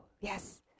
Yes